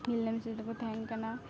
ᱢᱤᱞᱮ ᱢᱤᱥᱮ ᱠᱟᱛᱮᱠᱚ ᱛᱮᱦᱮᱱ ᱠᱟᱱᱟ